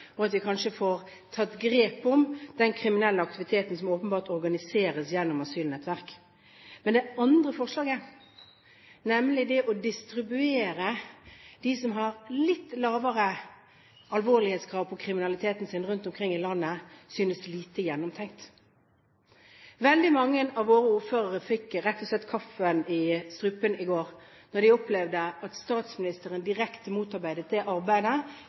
og at vi kanskje får tatt grep om den kriminelle aktiviteten som åpenbart organiseres gjennom asylnettverk. Men det andre forslaget, nemlig det å distribuere dem som begår kriminalitet av litt lavere alvorlighetsgrad, rundt omkring i landet, synes lite gjennomtenkt. Veldig mange av våre ordførere fikk rett og slett kaffen i vrangstrupen i går da de opplevde at statsministeren direkte motarbeidet det arbeidet